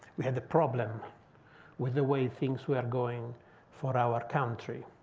we had the problem with the way things were going for our country.